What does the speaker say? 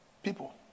People